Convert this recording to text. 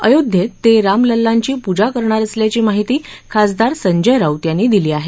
अयोध्येत ते रामललाची प्जा करणार असल्याची माहिती खासदार संजय राऊत यांनी दिली आहे